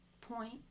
point